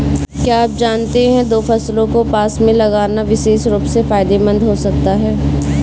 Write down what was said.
क्या आप जानते है दो फसलों को पास में लगाना विशेष रूप से फायदेमंद हो सकता है?